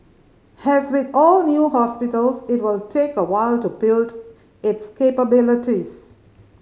has with all new hospitals it will take a while to build its capabilities